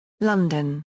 London